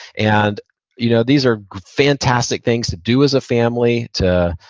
and you know these are fantastic things to do as a family to,